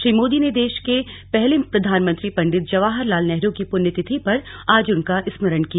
श्री मोदी ने देश के पहले प्रधानमंत्री पंडित जवाहरलाल नेहरू की पृण्य तिथि पर आज उनका स्मरण किया